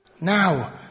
Now